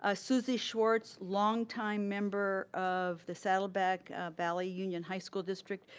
ah susie shwartz, long time member of the saddleback valley union high school district.